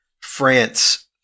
France